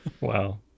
wow